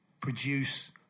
produce